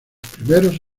primeros